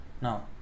now